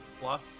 Plus